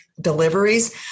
Deliveries